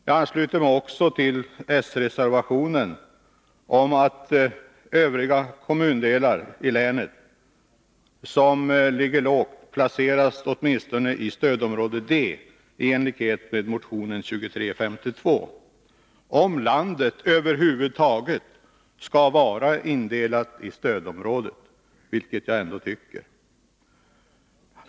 Jag ansluter mig till s-reservationen om att övriga kommundelar i länet som ligger lågt placeras åtminstone i stödområde D i enlighet med motion 2352 — om landet över huvud taget skall vara indelat i stödområden, vilket jag ändå tycker.